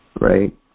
Right